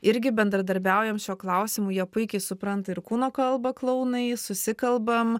irgi bendradarbiaujam šiuo klausimu jie puikiai supranta ir kūno kalbą klounai susikalbam